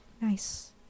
Nice